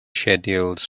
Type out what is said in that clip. schedules